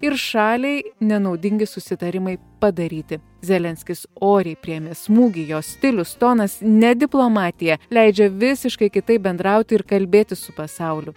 ir šaliai nenaudingi susitarimai padaryti zelenskis oriai priėmė smūgį jo stilius tonas ne diplomatija leidžia visiškai kitaip bendrauti ir kalbėtis su pasauliu